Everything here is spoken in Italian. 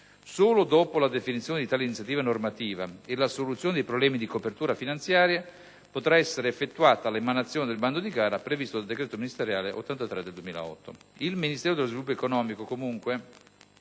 Solo dopo la definizione di tale iniziativa normativa e la soluzione dei problemi di copertura finanziaria potrà essere effettuata l'emanazione del bando di gara previsto dal decreto ministeriale n. 83 del 2008. Il Ministero dello sviluppo economico, comunque,